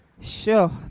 Sure